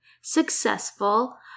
successful